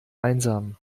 einsam